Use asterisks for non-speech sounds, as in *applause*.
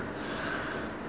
*breath*